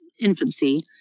infancy